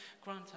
grant